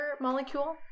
molecule